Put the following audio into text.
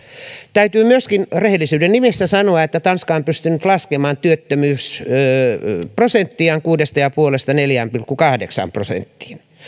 täytyy myöskin rehellisyyden nimessä sanoa että tanska on pystynyt laskemaan työttömyysprosenttiaan kuudesta pilkku viidestä neljään pilkku kahdeksaan prosenttiin